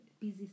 busy